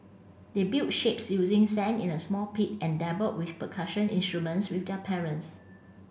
they built shapes using sand in a small pit and dabbled with percussion instruments with their parents